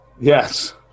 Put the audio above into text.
Yes